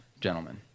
gentlemen